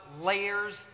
layers